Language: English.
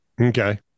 okay